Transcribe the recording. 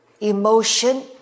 emotion